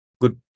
good